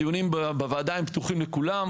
הדיונים בוועדה עם פתוחים לכולם.